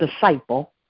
disciple